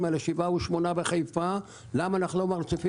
7 או 8 בחיפה, למה לא 28 באשדוד,